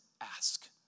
ask